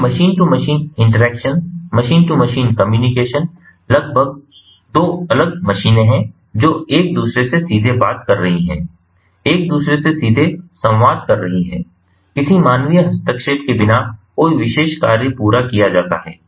फिर machine to machine interaction machine to machine communication लगभग दो अलग मशीनें हैं जो एक दूसरे से सीधे बात कर रही हैं एक दूसरे से सीधे संवाद कर रही हैं किसी मानवीय हस्तक्षेप के बिना कोई विशेष कार्य पूरा किया जाता है